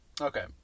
Okay